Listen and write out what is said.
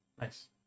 nice